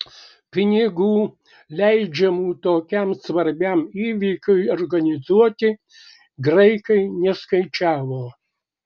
pinigų leidžiamų tokiam svarbiam įvykiui organizuoti graikai neskaičiavo